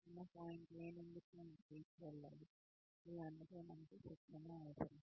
మనము point A నుండి point B కి వెళ్ళాలి మరియు అందుకే మనకు శిక్షణ అవసరం